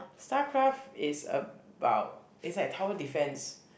starcraft is about it's like tower defence